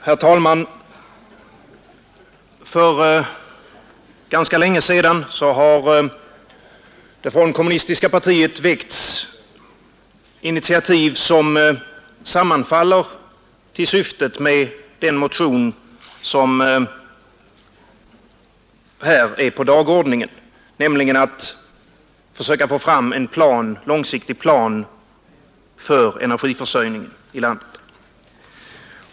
Herr talman! För ganska länge sedan har det kommunistiska partiet tagit initiativ som sammanfaller till syftet med den motion som här är på dagordningen, nämligen att försöka få fram en långsiktig plan för energiförsörjningen i landet.